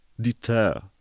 deter